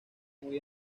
muy